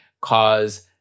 cause